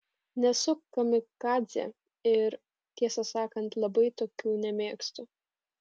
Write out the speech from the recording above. nesu kamikadzė ir tiesą sakant labai tokių nemėgstu